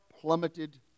plummeted